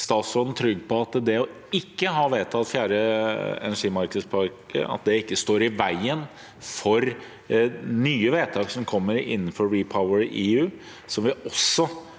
statsråden trygg på at det å ikke ha vedtatt fjerde energimarkedspakke ikke står i veien for nye vedtak som kommer innenfor REPowerEU, som vi også